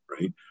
right